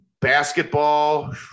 Basketball